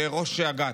לראש אג"ת,